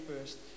first